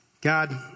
God